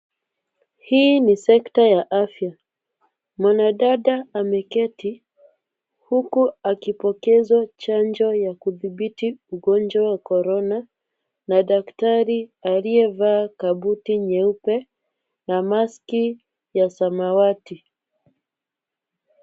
Hii ni sekta ya afya. Mwanadada ameketi, huku akipokezwa chanjo ya kudhibiti ugonjwa wa corona, na daktari aliyevaa kabuti nyeupe, na mask ya samwati.